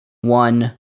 one